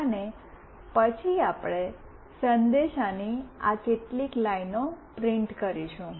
અને પછી આપણે સંદેશાની આ કેટલીક લાઇનો પ્રિન્ટ કરશું